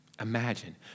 Imagine